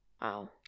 Wow